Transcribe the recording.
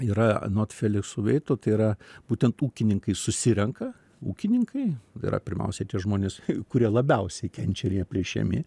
yra anot felikso veito tai yra būtent ūkininkai susirenka ūkininkai yra pirmiausia tie žmonės kurie labiausiai kenčia ir jie plėšiami